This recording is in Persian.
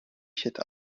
شتافت